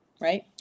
right